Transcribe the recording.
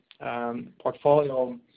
portfolio